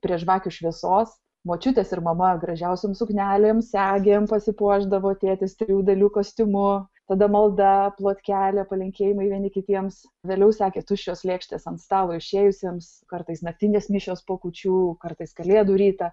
prie žvakių šviesos močiutės ir mama gražiausiom suknelėm segėm pasipuošdavo tėtis trijų dalių kostiumu tada malda plotkelė palinkėjimai vieni kitiems vėliau sekė tuščios lėkštės ant stalo išėjusiems kartais naktinės mišios po kūčių kartais kalėdų rytą